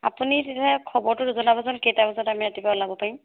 আপুনি তেতিয়াহ'লে খবৰটো জনাবচোন কেইটা বজাত আমি ৰাতিপুৱা ওলাব পাৰিম